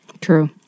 True